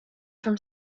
from